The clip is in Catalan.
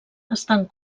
estan